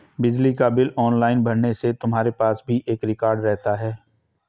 बिजली का bill online भरने से तुम्हारे पास भी एक रिकॉर्ड रहता है